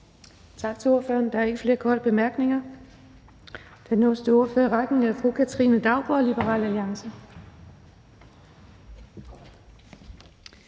Tak til ordføreren. Der er ikke flere korte bemærkninger. Den næste ordfører i rækken er fru Katrine Daugaard, Liberal Alliance.